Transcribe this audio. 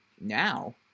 now